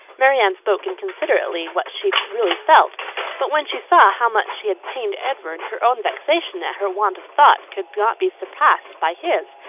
marianne spoke inconsiderately what she really felt but when she saw how much she had pained edward, her own vexation at her want of thought could not be surpassed by his.